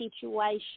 situation